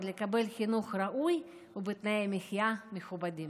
לקבל חינוך ראוי ובתנאי מחיה מכובדים.